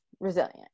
Resilient